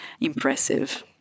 impressive